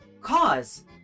Cause